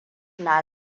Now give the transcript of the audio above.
na